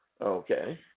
Okay